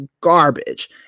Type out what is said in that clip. garbage